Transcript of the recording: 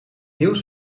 nieuws